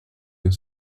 your